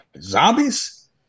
Zombies